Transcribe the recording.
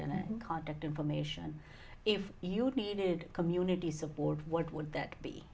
and contact information if you needed community suborder what would that be